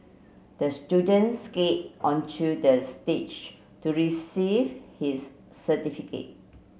the student skated onto the stage to receive his certificate